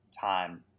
time